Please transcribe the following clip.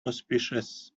auspicious